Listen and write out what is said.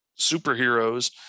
superheroes